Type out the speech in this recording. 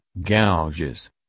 gouges